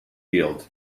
guild